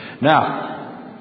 Now